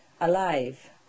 alive